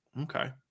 okay